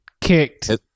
kicked